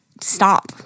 Stop